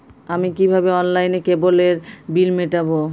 আমি কিভাবে অনলাইনে কেবলের বিল মেটাবো?